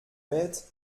bête